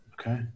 Okay